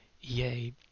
yea